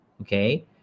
Okay